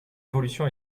évolution